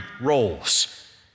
roles